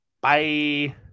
Bye